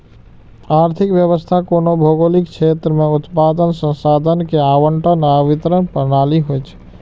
आर्थिक व्यवस्था कोनो भौगोलिक क्षेत्र मे उत्पादन, संसाधन के आवंटन आ वितरण प्रणाली होइ छै